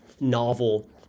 novel